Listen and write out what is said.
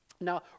Now